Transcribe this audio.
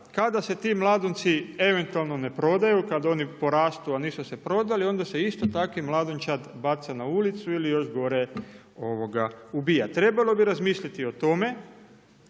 kada se ti mladunci, eventualno ne prodaju, kad oni porastu, a nisu se prodali onda se isto takva mladunčad baca na ulicu ili još gore, ubija. Trebalo bi razmisliti o tome